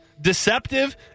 deceptive